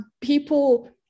people